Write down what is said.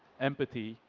empathy,